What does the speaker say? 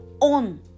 On